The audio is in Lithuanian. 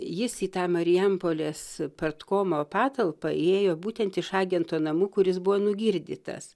jis į tą marijampolės partkomo patalpą įėjo būtent iš agento namų kuris buvo nugirdytas